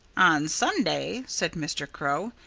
on sunday, said mr. crow,